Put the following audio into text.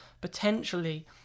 potentially